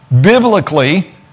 biblically